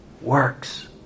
works